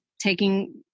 taking